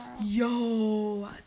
yo